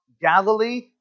Galilee